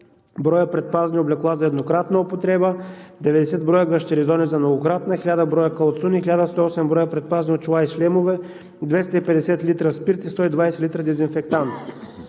броя предпазни облекла за еднократна употреба; 90 броя гащеризони за многократна; 1000 броя калцуни; 1108 броя предпазни очила и шлемове; 250 литра спирт и 120 литра дезинфектанти.